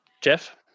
Jeff